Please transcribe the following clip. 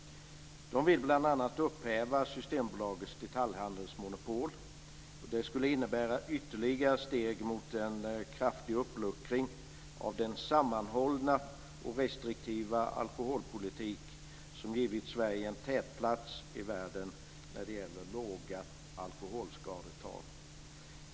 De vill bl.a. upphäva Systembolagets detaljhandelsmonopol, vilket skulle innebära ytterligare steg mot en kraftig uppluckring av den sammanhållna och restriktiva alkholpolitik som givit Sverige en tätplats i världen när det gäller låga alkoholskadetal.